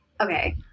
Okay